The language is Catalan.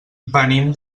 venim